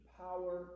power